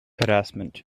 harassment